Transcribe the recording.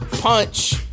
Punch